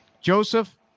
Joseph